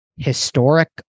historic